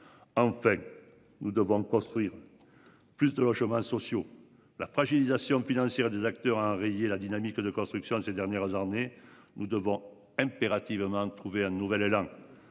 Enfin. Nous devons construire. Plus de logements sociaux, la fragilisation financière des acteurs à enrayer la dynamique de construction de ces dernières années. Nous devons impérativement trouver un nouvel élan.